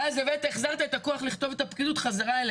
אבל מה השתנה מלפני שנתיים?